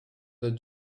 that